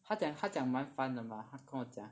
他讲他讲蛮 fun 的吗他跟我讲